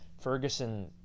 ferguson